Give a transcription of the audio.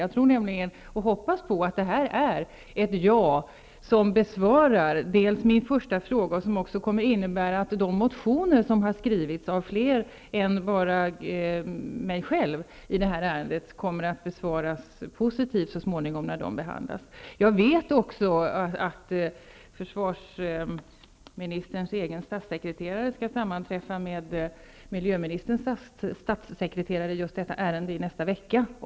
Jag tror -- och hoppas på -- att det här är ett ja på min första fråga och att det kommer att innebära att de motioner i den här saken som har skrivits av fler än mig kommer att besvaras positivt när de så småningom behandlas. Jag vet också att försvarsministerns egen statssekreterare nästa vecka skall sammanträffa med miljöministerns statssekreterare i just detta ärende.